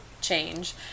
change